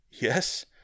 yes